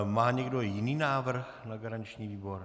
Má někdo jiný návrh na garanční výbor?